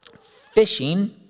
Fishing